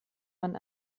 man